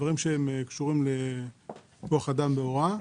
דברים שקשורים לכוח אדם בהוראה.